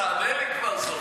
תענה לי כבר סוף-סוף.